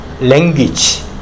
language